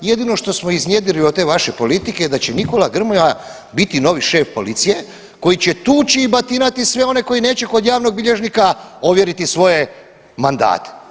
Jedino što smo iznjedrili od te vaše politike da će Nikola Grmoja biti novi šef policije koji će tuči i batinati sve one koji neće kod javnog bilježnika ovjeriti svoje mandate.